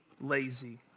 lazy